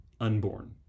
unborn